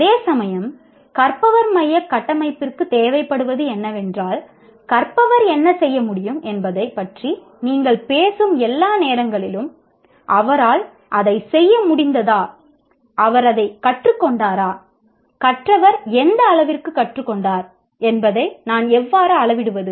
அதேசமயம் கற்பவர் மைய கட்டமைப்பிற்கு தேவைப்படுவது என்னவென்றால் கற்பவர் என்ன செய்ய முடியும் என்பதைப் பற்றி நீங்கள் பேசும் எல்லா நேரங்களிலும் அவரால் அதைச் செய்ய முடிந்ததா அவர் அதைக் கற்றுக் கொண்டாரா கற்றவர் எந்த அளவிற்கு கற்றுக்கொண்டார் என்பதை நான் எவ்வாறு அளவிடுவது